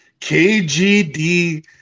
KGD